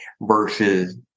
versus